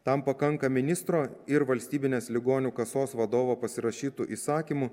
tam pakanka ministro ir valstybinės ligonių kasos vadovo pasirašytų įsakymų